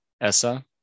Essa